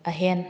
ꯑꯍꯦꯟ